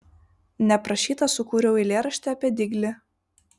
neprašyta sukūriau eilėraštį apie diglį